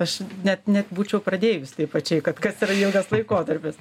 aš net net būčiau pradėjus taip pačiai kad kas yra ilgas laikotarpis